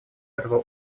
этого